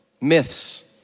Myths